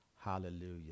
hallelujah